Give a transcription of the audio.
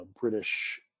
British